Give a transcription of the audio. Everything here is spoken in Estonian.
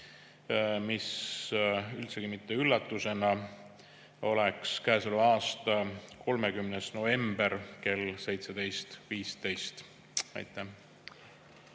mis üldsegi mitte üllatusena oleks käesoleva aasta 30. november kell 17.15. Aitäh!